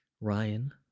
Ryan